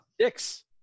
six